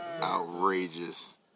Outrageous